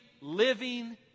living